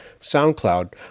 SoundCloud